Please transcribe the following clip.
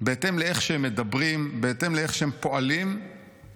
בהתאם לאיך שהם מדברים, בהתאם לאיך שהם פועלים מאז